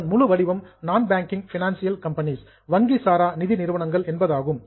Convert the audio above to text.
அதன் முழு வடிவம் நான் பேங்கிங் பினான்சியல் கம்பெனிஸ் வங்கி சாரா நிதி நிறுவனங்கள் என்பதாகும்